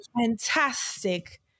fantastic